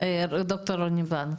ד"ר רוני בלנק.